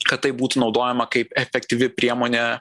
kad tai būtų naudojama kaip efektyvi priemonė